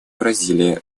бразилия